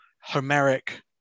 Homeric